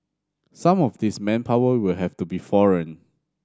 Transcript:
some of this manpower will have to be foreign